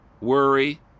worry